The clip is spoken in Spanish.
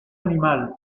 animal